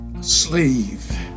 slave